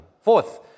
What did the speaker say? Fourth